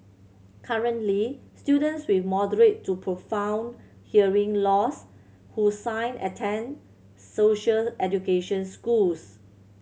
currently students with moderate to profound hearing loss who sign attend social education schools